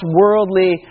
worldly